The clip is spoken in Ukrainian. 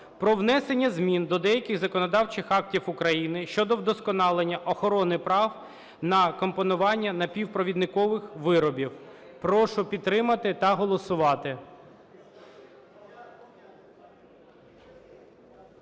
про внесення змін до деяких законодавчих актів України щодо вдосконалення охорони прав на компонування напівпровідникових виробів. Прошу підтримати та голосувати.